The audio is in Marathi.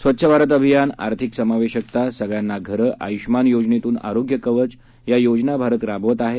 स्वच्छ भारत अभियान आर्थिक समावेशकता सगळ्यांना घरं आयूष्यमान योजनेतून आरोग्य कवच या योजना भारत राबवत आहे